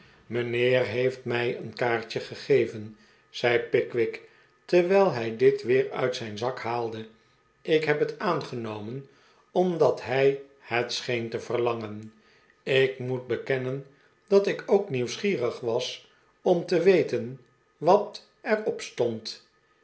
mijnheer heeft mij zijn kaartje gegeven zei pickwick terwijl hij dit weer uit zijn zak haalde ik heb het aangenomen omdat hij het scheen te verlangen ik moet bekennen dat ik ook nieuwsgierig was om te weten wat er op stond